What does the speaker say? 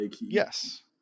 Yes